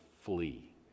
flee